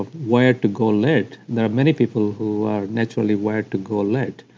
ah wired to go late, and there are many people who are naturally wired to go late,